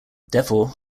therefore